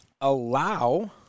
allow